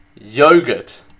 yogurt